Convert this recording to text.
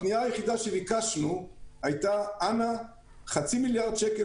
הפנייה היחידה שלנו אמרה שחצי מיליארד שקל